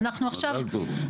מזל טוב.